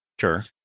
Sure